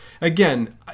Again